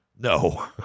no